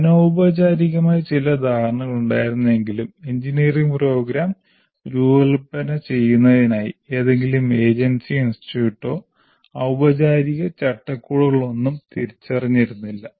അനൌപചാരികമായി ചില ധാരണകളുണ്ടായിരുന്നുവെങ്കിലും engineering programme രൂപകൽപ്പന ചെയ്യുന്നതിനായി ഏതെങ്കിലും ഏജൻസിയോ ഇൻസ്റ്റിറ്റ്യൂട്ടോ ഔപചാരിക ചട്ടക്കൂടുകളൊന്നും തിരിച്ചറിഞ്ഞിരുന്നില്ല